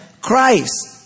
Christ